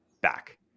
back